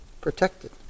Protected